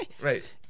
Right